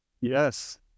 Yes